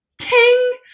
Ting